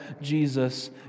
Jesus